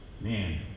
man